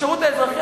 השירות האזרחי,